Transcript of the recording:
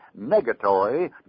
negatory